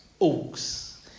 Oaks